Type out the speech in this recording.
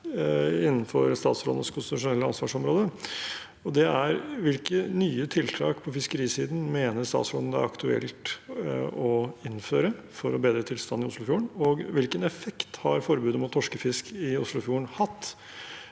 innenfor statsrådens konstitusjonelle ansvarsområde. Det er: Hvilke nye tiltak på fiskerisiden mener statsråden det er aktuelt å innføre for å bedre tilstanden i Oslofjorden, og hvilken effekt har forbudet mot torskefiske i Oslofjorden hatt?